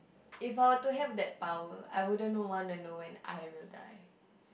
if I were to have that power I wouldn't know want to know when I will die